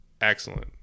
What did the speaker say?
excellent